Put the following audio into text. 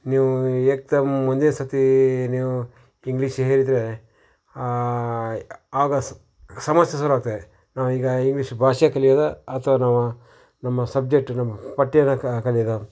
ನೀವು ಏಕ್ದಮ್ ಒಂದೇ ಸರ್ತಿ ನೀವು ಇಂಗ್ಲೀಷ್ ಹೇಳಿದ್ರೆ ಆಗ ಸ ಸಮಸ್ಯೆ ಶುರು ಆಗ್ತದೆ ನಾವೀಗ ಇಂಗ್ಲೀಷ್ ಭಾಷೆ ಕಲಿಯೋದಾ ಅಥ್ವಾ ನಮ್ಮ ನಮ್ಮ ಸಬ್ಜೆಕ್ಟ್ ನಮ್ಮ ಪಠ್ಯದ ಕಲಿಯೋದಾ